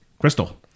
Crystal